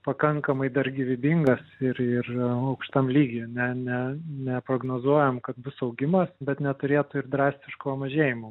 pakankamai dar gyvybingas ir ir aukštam lygy ne ne neprognozuojam kad bus augimas bet neturėtų ir drastiško mažėjimo